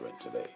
today